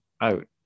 out